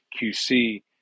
QC